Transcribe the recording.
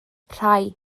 rhai